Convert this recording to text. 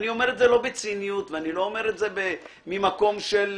אני אומר את זה לא בציניות ואני לא אומר את זה ממקום של